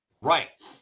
Right